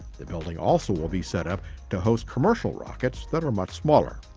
the building also will be set up to host commercial rockets that are much smaller.